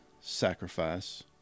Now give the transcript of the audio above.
sacrifice